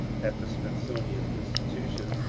at the smithsonian insti tution,